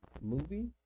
movie